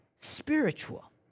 Spiritual